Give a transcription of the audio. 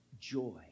joy